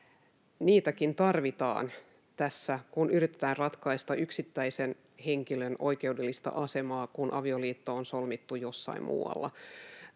säännöksiäkin tarvitaan tässä, kun yritetään ratkaista yksittäisen henkilön oikeudellista asemaa, kun avioliitto on solmittu jossain muualla.